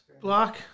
Block